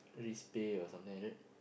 risk pay or something like that